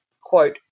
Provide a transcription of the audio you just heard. quote